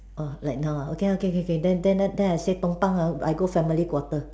uh like now ah okay okay K K K then then then then I say tumpang ah I go family quarter